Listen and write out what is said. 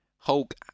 Hulk